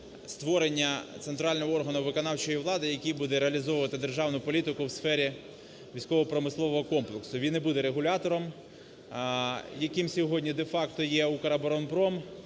створення центрального органу виконавчої влади, який буде реалізовувати державну політику в сфері військово-промислового комплексу. Він і буде регулятором, яким сьогодні де-факто є "Укроборонпром",